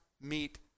meet